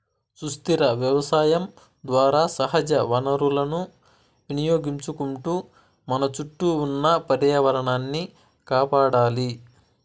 సుస్థిర వ్యవసాయం ద్వారా సహజ వనరులను వినియోగించుకుంటూ మన చుట్టూ ఉన్న పర్యావరణాన్ని కాపాడాలి